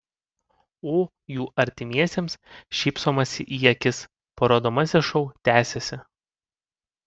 o jų artimiesiems šypsomasi į akis parodomasis šou tęsiasi